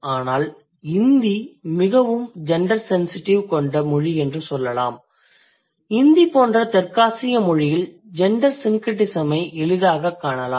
ஆனால் இந்தி மிகவும் gender sensitive கொண்ட மொழி என்று சொல்லலாம் இந்தி போன்ற தெற்காசிய மொழியில் ஜெண்டர் syncretism ஐ எளிதாகக் காணலாம்